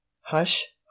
Hush